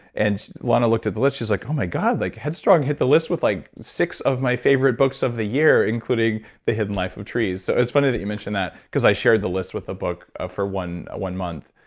and lana looked at the list, she's like, oh my god, like head strong hit the list with like six of my favorite books of the year, including the hidden life of trees. so it's funny that you mention that because i shared the list with the book for one ah one month.